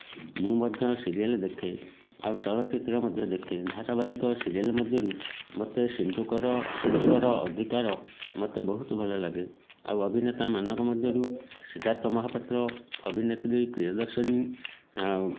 ମୁଁ ମଧ୍ୟ ସିରିଏଲ୍ ଦେଖେ ଆଉ ଚଳଚିତ୍ର ମଧ୍ୟ ଦେଖେ ଧାରାବାହିକ ସିରିଏଲ୍ ମଧ୍ୟରୁ ମୋତେ ସିନ୍ଦୂକର ସିନ୍ଦୂରର ଅଧିକାର ମୋତେ ବହୁତ ଭଲ ଲାଗେ ଆଉ ଅଭିନେତା ମାନଙ୍କ ମଧ୍ୟରୁ ସିଦ୍ଧାର୍ଥ ମହାପାତ୍ର ଅଭିନେତ୍ରୀ ପ୍ରିୟଦର୍ଶିନୀ ଆଉ